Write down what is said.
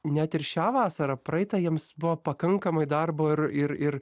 net ir šią vasarą praeitą jiems buvo pakankamai darbo ir ir ir